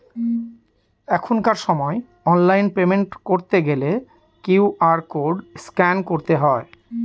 এখনকার সময় online payment করতে গেলে কিউ.আর কোড স্ক্যান করতে হয়